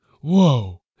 Whoa